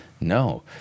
No